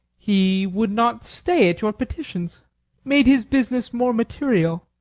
he would not stay at your petitions made his business more material.